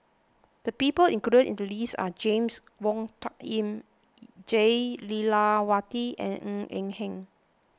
the people included in the list are James Wong Tuck Yim Jah Lelawati and Ng Eng Hen